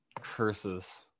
curses